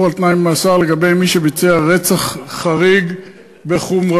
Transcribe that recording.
על-תנאי ממאסר לגבי מי שביצע רצח חריג בחומרתו.